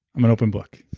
i'm an open book